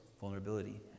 Vulnerability